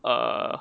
err